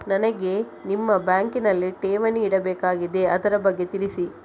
ನನಗೆ ನಿಮ್ಮ ಬ್ಯಾಂಕಿನಲ್ಲಿ ಠೇವಣಿ ಇಡಬೇಕಾಗಿದೆ, ಅದರ ಬಗ್ಗೆ ತಿಳಿಸಿ